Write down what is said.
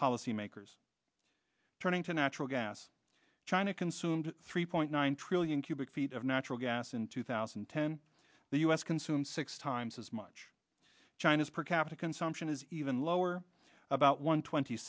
policy makers turning to natural gas china consumed three point nine trillion cubic feet of natural gas in two thousand and ten the us consumes six times as much china's per capita consumption is even lower about one twenty